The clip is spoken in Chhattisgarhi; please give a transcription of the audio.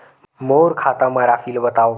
मोर खाता म राशि ल बताओ?